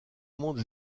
monde